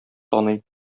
таный